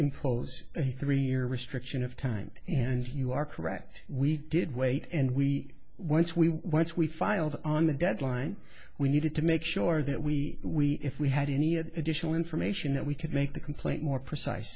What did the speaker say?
impose a three year restriction of time and you are correct we did wait and we once we once we filed on the deadline we needed to make sure that we we if we had any additional information that we could make the complaint more precise